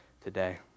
today